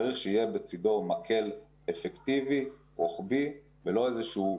צריך שיהיה בצדו מקל אפקטיבי רוחבי ולא איום באוויר.